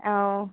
ও